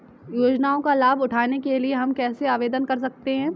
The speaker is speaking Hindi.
योजनाओं का लाभ उठाने के लिए हम कैसे आवेदन कर सकते हैं?